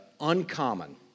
uncommon